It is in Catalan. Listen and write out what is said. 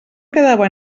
quedava